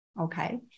okay